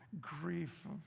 grief